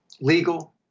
legal